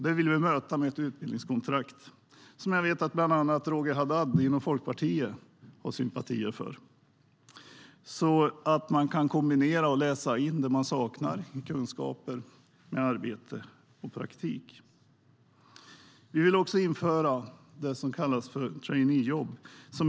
Det vill vi möta med ett utbildningskontrakt, som jag vet att bland annat Roger Haddad i Folkpartiet har sympatier för, så att de kan kombinera och läsa in det de saknar i kunskaper med arbete och praktik. Vi vill också införa det som kallas traineejobb.